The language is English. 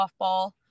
softball